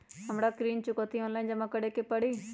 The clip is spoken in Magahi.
हमरा ऋण चुकौती ऑनलाइन जमा करे के परी?